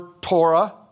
Torah